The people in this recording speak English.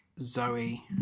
Zoe